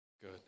good